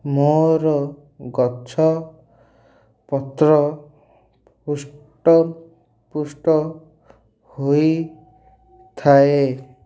ମୋର ଗଛପତ୍ର ହୃଷ୍ଟପୁଷ୍ଟ ହୋଇଥାଏ